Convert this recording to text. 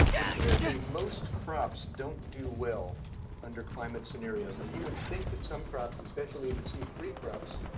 empirically, most crops don't do well under climate scenarios. now, you would think that some crops, especially the c three crops,